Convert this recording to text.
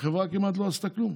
החברה כמעט לא עשתה כלום.